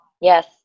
Yes